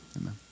Amen